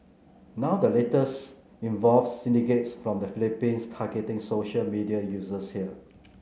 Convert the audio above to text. now the latest involves syndicates from the Philippines targeting social media users here